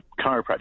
chiropractic